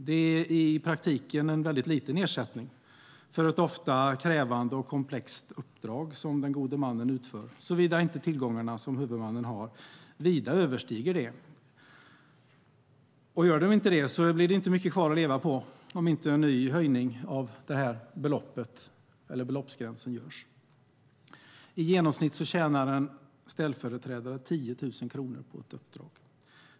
Det är i praktiken en väldigt liten ersättning för ett ofta krävande och komplext uppdrag som den gode mannen utför, såvida inte de tillgångar som huvudmannen har vida överstiger det. Gör de inte det blir det inte mycket kvar att leva på, om inte en ny höjning av den här beloppsgränsen görs. I genomsnitt tjänar en ställföreträdare 10 000 kronor på ett uppdrag.